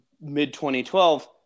mid-2012